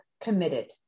committed